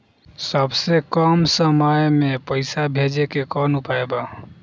सबसे कम समय मे पैसा भेजे के कौन उपाय बा?